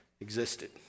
Existed